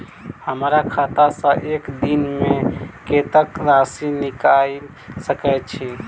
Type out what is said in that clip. हमरा खाता सऽ एक दिन मे कतेक राशि निकाइल सकै छी